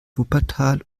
wuppertal